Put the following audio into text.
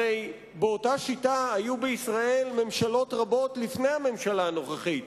הרי באותה שיטה היו בישראל ממשלות רבות לפני הממשלה הנוכחית,